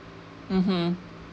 mmhmm